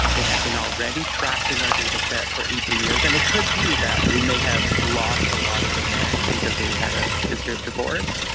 they had been already tracked in our dataset for eighteen years. and it could be that we may have lost a lot of the men because they had a history of divorce,